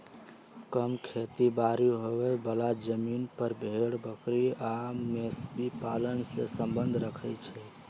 कम खेती बारी होय बला जमिन पर भेड़ बकरी आ मवेशी पालन से सम्बन्ध रखई छइ